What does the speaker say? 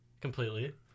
completely